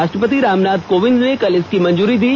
राष्ट्रपति रामनाथ कोविंद ने कल इसे मंजूरी दी